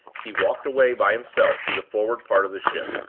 he walked away by himself to the forward part of the ship.